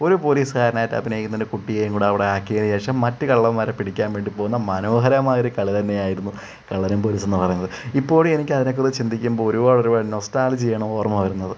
ഒരു പോലീസുകാരനായിട്ട് അഭിനയിക്കുന്നൊരു കുട്ടിയേങ്കൂടി അവിടാക്കിയതിന് ശേഷം മറ്റ് കള്ളമ്മാരെ പിടിക്കാൻ വേണ്ടി പോകുന്ന മനോഹരമായ ഒരു കളി തന്നെയായിരുന്നു കള്ളനും പോലീസുംന്ന് പറയുന്നത് ഇപ്പോഴുവെനിക്കതിനേക്കുറിച്ച് ചിന്തിക്കുമ്പോൾ ഒരുപാടൊരുപാട് നൊസ്റ്റാൾജിയാണ് ഓർമ്മ വരുന്നത്